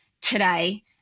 today